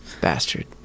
Bastard